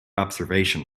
observation